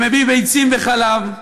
ומביא ביצים וחלב.